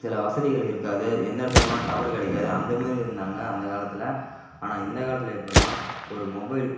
சில வசதிகள் இருக்காது எந்த இடத்துல போனாலும் டவர் கிடைக்காது அந்தமாதிரி இருந்தாங்க அந்த காலத்தில் ஆனால் இந்த காலத்தில் எப்புட்னா ஒரு மொபைல்